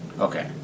Okay